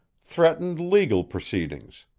threatened legal proceedings.